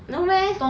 no meh